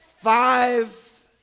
Five